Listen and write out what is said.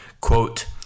Quote